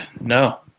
No